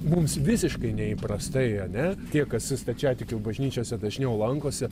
mums visiškai neįprastai ane tie kas stačiatikių bažnyčiose dažniau lankosi